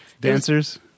Dancers